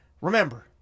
remember